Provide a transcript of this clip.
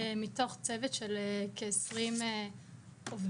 מתוך צוות של כ-20 עובדות,